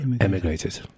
emigrated